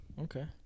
okay